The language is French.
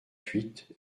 huit